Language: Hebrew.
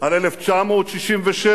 על 1967,